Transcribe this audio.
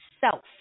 self